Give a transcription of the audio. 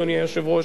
אדוני היושב-ראש,